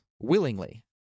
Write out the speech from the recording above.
willingly